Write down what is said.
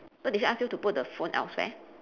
so did she ask you to put the phone elsewhere